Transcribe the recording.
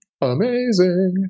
amazing